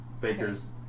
baker's